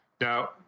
Now